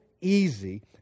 easy